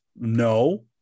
No